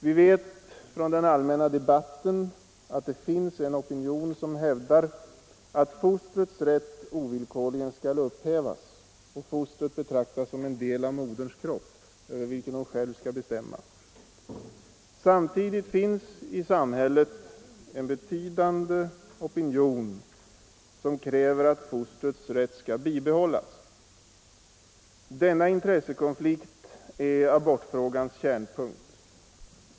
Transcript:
Vi vet från den allmänna debatten att det finns en opinion som hävdar att fostrets rätt ovillkorligen skall upphävas och fostret betraktas som en del av moderns kropp över vilken hon själv skall bestämma. Samtidigt finns i samhället en betydande opinion som kräver att fostrets rätt skall bibehållas. Denna intressekonflikt är abortfrågans kärnpunkt.